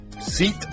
seat